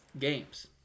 games